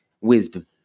wisdom